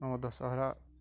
ଆମ ଦଶହରା